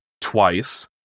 twice